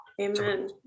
Amen